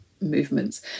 movements